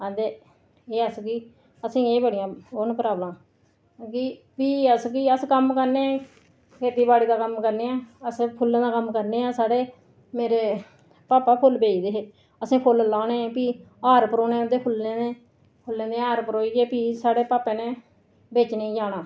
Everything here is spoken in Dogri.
हां ते अस बी असेंगी ओह् बड़ियां ओह् न प्राब्लमां क्योंकि फ्ही अस फ्ही अस कम्म करने खेतीबाड़ी दा कम्म करने आं अस फुल्लें दा कम्म करने आं साढ़े मेरे भपा फुल्ल बेचदे हे असें फुल्ल लाने फ्ही हार परोने उं'दे फुल्लें दे फुल्लें दे हार परोइये फ्ही साढ़े भापा ने बेचने गी जाना